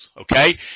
okay